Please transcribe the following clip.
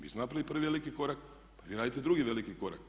Mi smo napravili prvi veliki korak pa vi radite drugi veliki korak.